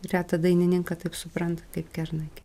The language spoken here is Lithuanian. retą dainininką taip supranta kaip kernagį